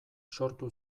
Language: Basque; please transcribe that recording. sortu